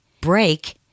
break